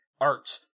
art